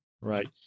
right